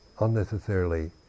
Unnecessarily